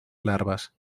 larves